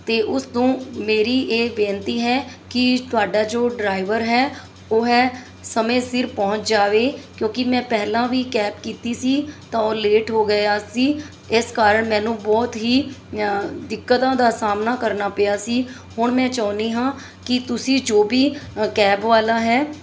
ਅਤੇ ਉਸ ਤੋਂ ਮੇਰੀ ਇਹ ਬੇਨਤੀ ਹੈ ਕਿ ਤੁਹਾਡਾ ਜੋ ਡਰਾਈਵਰ ਹੈ ਉਹ ਹੈ ਸਮੇਂ ਸਿਰ ਪਹੁੰਚ ਜਾਵੇ ਕਿਉਂਕਿ ਮੈਂ ਪਹਿਲਾਂ ਵੀ ਕੈਬ ਕੀਤੀ ਸੀ ਤਾਂ ਉਹ ਲੇਟ ਹੋ ਗਿਆ ਸੀ ਇਸ ਕਾਰਨ ਮੈਨੂੰ ਬਹੁਤ ਹੀ ਦਿੱਕਤਾਂ ਦਾ ਸਾਹਮਣਾ ਕਰਨਾ ਪਿਆ ਸੀ ਹੁਣ ਮੈਂ ਚਾਹੁੰਦੀ ਹਾਂ ਕਿ ਤੁਸੀਂ ਜੋ ਵੀ ਕੈਬ ਵਾਲਾ ਹੈ